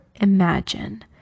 imagine